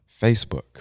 Facebook